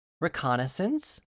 reconnaissance